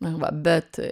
na va bet